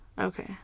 okay